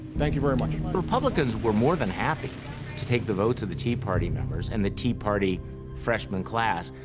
thank you very much. the republicans were more than happy to take the votes of the tea party members and the tea party freshman class.